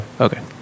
Okay